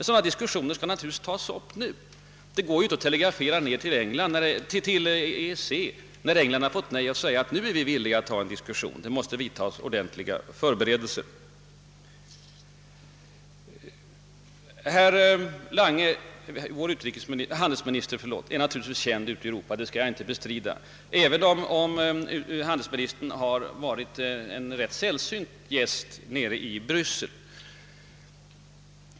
Sådana diskussioner bör na turligtvis tas upp nu. Det går ju inte att helt enkelt telegrafera till EEC, när England fått nej, och säga att vi då vill ta upp en diskussion. Vi behöver ordentliga förberedelser. Vår handelsminister Lange är naturligtvis känd ute i Europa, men han har varit en rätt sällsynt gäst i Bryssel.